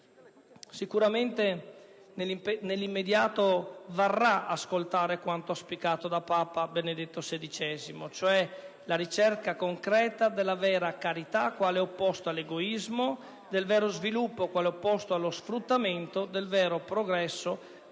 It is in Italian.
Sicuramente nell'immediato varrà ascoltare quanto auspicato da Papa Benedetto XVI, cioè la ricerca concreta della vera carità quale opposto all'egoismo, del vero sviluppo quale opposto allo sfruttamento, del vero progresso